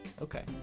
Okay